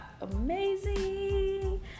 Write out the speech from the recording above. amazing